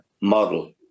model